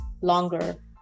longer